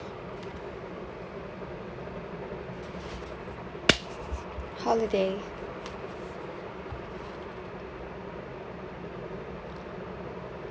holiday